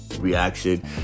reaction